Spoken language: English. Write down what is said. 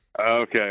Okay